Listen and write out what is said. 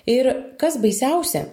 ir kas baisiausia